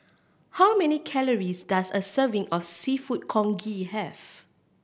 how many calories does a serving of Seafood Congee have